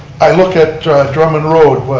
i look at drummond road,